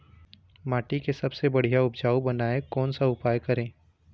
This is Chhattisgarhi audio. माटी के सबसे बढ़िया उपजाऊ बनाए कोन सा उपाय करें?